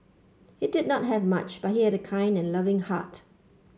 he did not have much but he had a kind and loving heart